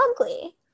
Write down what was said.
ugly